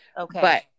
Okay